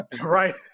Right